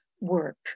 work